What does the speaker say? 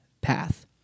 path